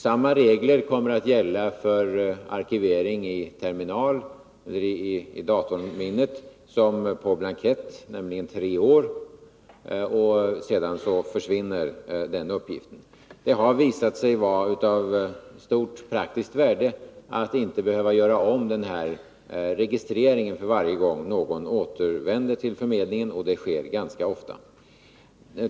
Samma regler kommer att gälla för arkivering i datorminne som på blankett, nämligen tre år. Sedan försvinner uppgiften. Det har visat sig vara av stort praktiskt värde att inte behöva göra om registreringen för varje gång någon återvänder till förmedlingen och det sker ganska ofta.